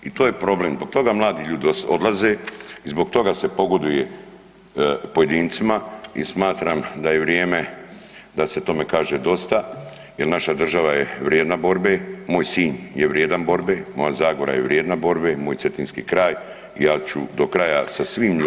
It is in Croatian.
I to je problem, zbog toga mladi ljudi odlaze i zbog toga se pogoduje pojedincima i smatram da je vrijeme da se tome kaže dosta jer naša država je vrijedna borbe, moj sin je vrijedan borbe, moja Zagora je vrijedna borbe, moj cetinski kraj, ja ću do kraja sa svim ljudima